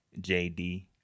JD